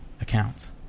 accounts